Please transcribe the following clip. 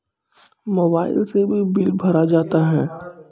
Mobile से भी bill भरा जाता हैं?